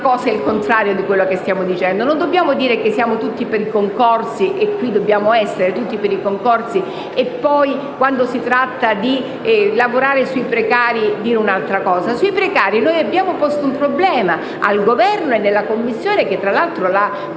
cosa e il contrario di quello che stiamo dicendo. Non dobbiamo dire che siamo tutti per i concorsi - e qui dobbiamo esserlo - e poi, quando si tratta di lavorare sui precari, dire un'altra cosa. Su questi abbiamo posto un problema al Governo e in Commissione, che l'ha